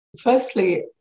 firstly